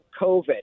covid